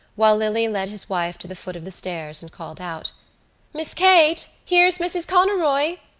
while lily led his wife to the foot of the stairs and called out miss kate, here's mrs. conroy.